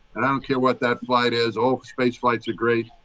and i don't care what that flight is all space flights are great,